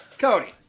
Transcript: Cody